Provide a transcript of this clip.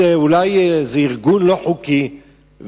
זה אולי ארגון לא חוקי,